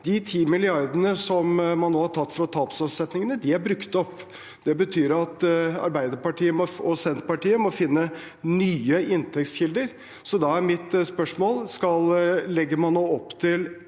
De 10 mrd. kr man nå har tatt fra tapsavsetningene, er brukt opp. Det betyr at Arbeiderpartiet og Senterpartiet må finne nye inntektskilder. Da er mitt spørsmål: Legger man opp til